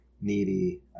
needy